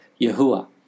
Yahuwah